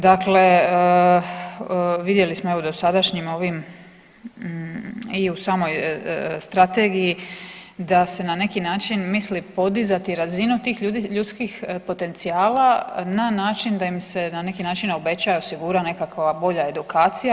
Dakle, vidjeli smo evo u dosadašnjim ovim i u samoj strategiji da se na neki način misli podizati razinu tih ljudi, ljudskih potencijala na način da im se na neki način obeća i osigura nekakva bolja edukacija.